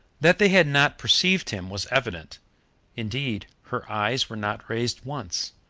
that they had not perceived him was evident indeed her eyes were not raised once,